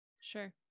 sure